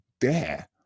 dare